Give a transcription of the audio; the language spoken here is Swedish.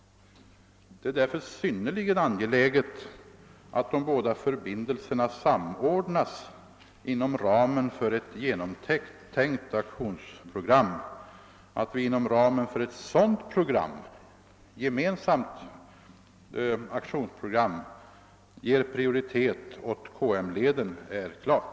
Det är därför synnerligen angeläget att de båda förbindelserna samordnas inom ramen för ett genomtänkt aktionsprogram. Att vi inom ramen för ett sådänt gemensamt aktionsprogram ger prioritet åt KM-leden är klart.